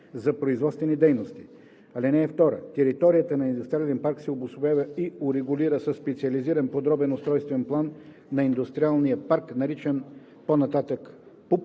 за производствени дейности. (2) Територията на индустриален парк се обособява и урегулира със специализиран подробен устройствен план на индустриалния парк, наричан по-нататък „ПУП